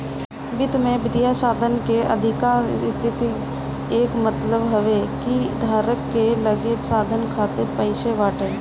वित्त में वित्तीय साधन के अधिका स्थिति कअ मतलब हवे कि धारक के लगे साधन खातिर पईसा बाटे